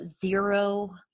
zero